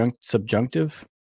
Subjunctive